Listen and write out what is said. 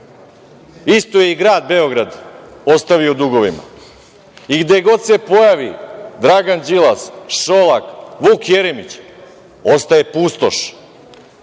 Isto je i grad Beograd ostavio u dugovima i gde god se pojavi Dragan Đilas, Šolak, Vuk Jeremić ostaje pustoš.